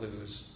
lose